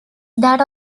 that